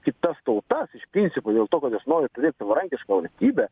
kitas tautas iš principo dėl to kad jos nori turėt savarankišką valstybę